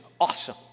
awesome